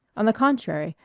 on the contrary,